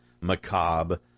macabre